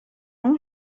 اون